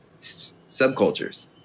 subcultures